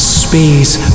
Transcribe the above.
space